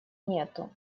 нету